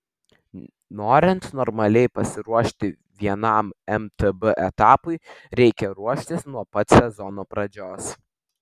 norint normaliai pasiruošti vienam mtb etapui reikia ruoštis nuo pat sezono pradžios